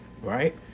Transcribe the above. right